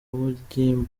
mugimba